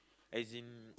as in